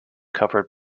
covered